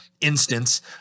instance